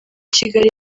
kigali